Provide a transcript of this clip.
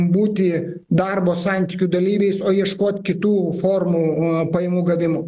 būti darbo santykių dalyviais o ieškot kitų formų pajamų gavimo